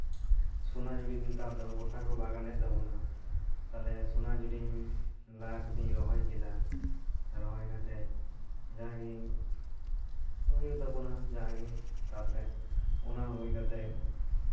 ᱥᱚᱱᱟᱡᱷᱩᱨᱤ ᱱᱮᱛᱟᱨ ᱫᱚ ᱜᱚᱴᱟ ᱠᱚ ᱵᱟᱜᱟᱱᱮᱫ ᱛᱟᱵᱚᱱᱟ ᱛᱟᱞᱦᱮ ᱥᱚᱱᱟᱡᱷᱩᱨᱤᱧ ᱞᱟ ᱠᱟᱛᱮᱧ ᱨᱚᱦᱚᱭ ᱠᱮᱫᱟ ᱨᱚᱦᱚᱭ ᱠᱟᱛᱮ ᱡᱟᱜᱤᱧ ᱯᱩᱦᱩᱭ ᱛᱟᱵᱚᱱᱟ ᱡᱟᱜᱮ ᱛᱟᱯᱚᱨᱮ ᱚᱱᱟ ᱦᱩᱭ ᱠᱟᱛᱮ